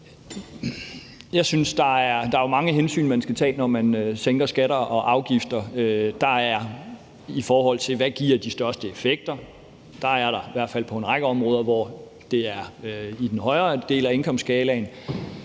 Jeg synes jo, at der er mange hensyn, man skal tage, når man sænker skatter og afgifter. Det er, i forhold til hvad der giver de største effekter; der er i hvert fald en række områder, hvor det er i den højere del af indkomstskalaen.